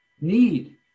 need